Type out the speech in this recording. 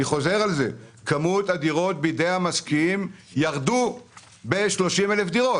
ירדה כמות הדירות שבידי המשקיעים ב-30 אלף דירות.